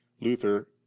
Luther